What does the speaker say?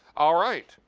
all right.